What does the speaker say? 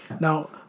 Now